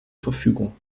verfügung